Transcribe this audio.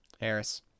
Harris